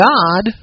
God